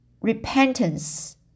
repentance